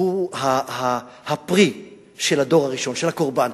הוא הפרי של הדור הראשון, של הקורבן.